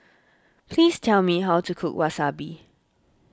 please tell me how to cook Wasabi